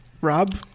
Rob